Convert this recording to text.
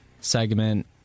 segment